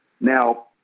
Now